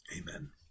amen